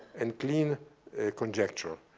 and clean conjecture.